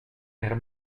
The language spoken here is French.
air